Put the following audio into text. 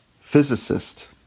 physicist